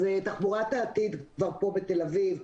תחבורת העתיד כבר פה בתל אביב,